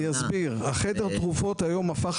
אז אני אסביר: חדר התרופות היום הפך